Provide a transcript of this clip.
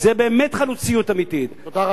זה באמת חלוציות אמיתית, תודה רבה.